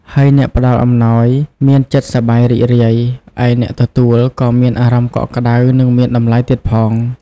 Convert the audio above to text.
ហើយអ្នកផ្តល់អំណោយមានចិត្តសប្បាយរីករាយ ឯអ្នកទទួលក៏មានអារម្មណ៍កក់ក្តៅ និងមានតម្លៃទៀតផង។